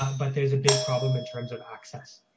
but there's a big problem in terms of access.